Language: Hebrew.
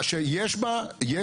אני חושב שיש בה ניצוצות